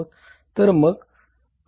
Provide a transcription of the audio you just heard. तर मग मागील खरेदी किती आहेत